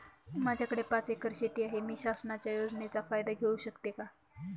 माझ्याकडे पाच एकर शेती आहे, मी शासनाच्या योजनेचा फायदा घेऊ शकते का?